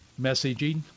messaging